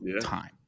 time